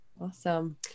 Awesome